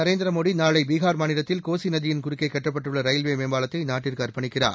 நரேந்திர மோடி நாளை பீகார் மாநிலத்தில் கோசி நதியின் குறுக்கே கட்டப்பட்டுள்ள ரயில்வே மேம்பாலத்தை நாட்டுக்கு அர்ப்பணிக்கிறார்